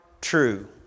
true